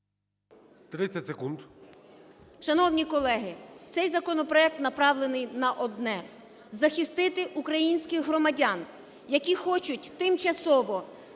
І.С. Шановні колеги, цей законопроект направлений на одне – захистити українських громадян, які хочуть тимчасово,